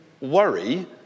worry